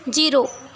zero